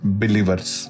believers